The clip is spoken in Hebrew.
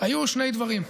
היו שני דברים,